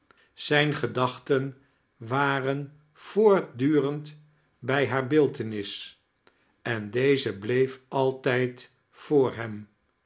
zijne gedachten waren voortdurend bij hare beeltenis en deze bleef altijd voor hem